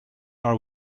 are